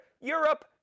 Europe